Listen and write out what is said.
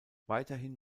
weiterhin